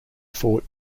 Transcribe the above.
fought